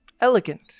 elegant